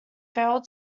failed